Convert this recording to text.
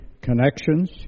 connections